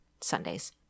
Sundays